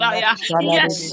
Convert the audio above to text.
yes